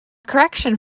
correction